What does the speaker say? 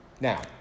Now